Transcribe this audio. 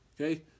okay